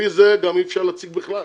לפי זה גם אי אפשר להציג בכלל.